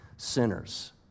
Sinners